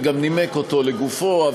וגם נימק אותו לגופו,